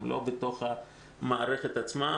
הם לא בתוך המערכת עצמה.